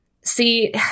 see